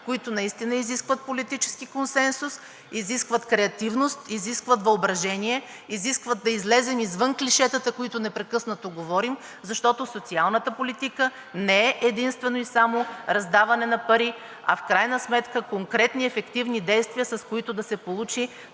които наистина изискват политически консенсус, изискват креативност, изискват въображение, изискват да излезем извън клишетата, които непрекъснато говорим, защото социалната политика не е единствено и само раздаване на пари, а в крайна сметка е конкретни, ефективни действия, с които да се получи